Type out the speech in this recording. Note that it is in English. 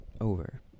over